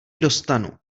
dostanu